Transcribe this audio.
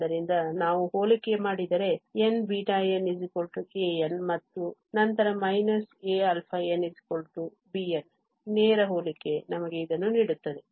ಆದ್ದರಿಂದ ನಾವು ಹೋಲಿಕೆ ಮಾಡಿದರೆ n βnan ಮತ್ತು ನಂತರ −nαnbn ನೇರ ಹೋಲಿಕೆ ನಮಗೆ ಇದನ್ನು ನೀಡುತ್ತದೆ